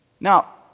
Now